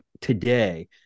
Today